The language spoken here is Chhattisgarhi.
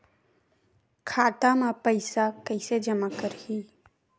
खाता म पईसा जमा कइसे करही?